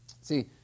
See